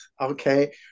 Okay